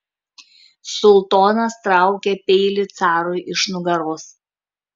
sultonas traukia peilį carui iš nugaros